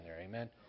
Amen